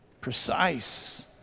precise